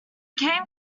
came